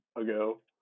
ago